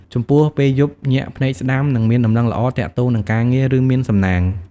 ចំពោះ ពេលយប់ ញាក់ភ្នែកស្តាំ នឹងមានដំណឹងល្អទាក់ទងនឹងការងារ ឬមានសំណាង។